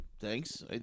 thanks